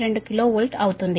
2 KV అవుతుంది